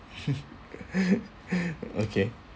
okay